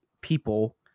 people